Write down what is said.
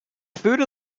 food